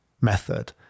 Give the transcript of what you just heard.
method